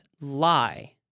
lie